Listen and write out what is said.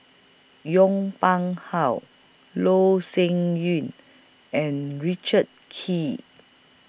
Yong Pung How Loh Sin Yun and Richard Kee